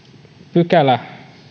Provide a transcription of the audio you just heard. pykälä